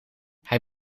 hij